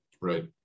Right